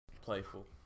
Playful